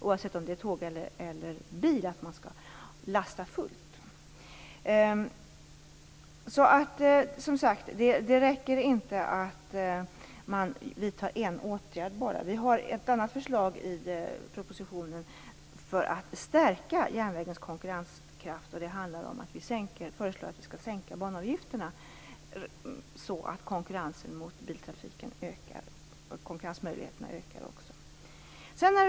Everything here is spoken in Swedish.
Oavsett om man kör med tåg eller bil är det nämligen oerhört väsentligt att man lastar fullt. Det räcker alltså inte med att vidta bara en åtgärd. Vi har i propositionen också ett annat förslag på hur järnvägens konkurrenskraft kan stärkas. Det handlar om att sänka banavgifterna, så att järnvägens konkurrensmöjligheter och konkurrensen gentemot biltrafiken ökar.